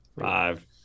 Five